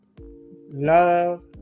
love